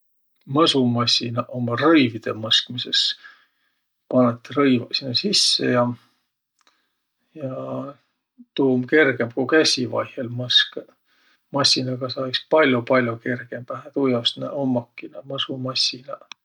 Mõsumassinaq ummaq rõividõ mõskmisõs. Panõt rõivaq sinnäq sisse ja, ja tuu um kergemb, ku kässi vaihõl mõskõq. Massinaga saa iks pall'o-pall'o kergembähe. Tuujaos nä ummaki, naaq mõsumassinaq.